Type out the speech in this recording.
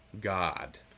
God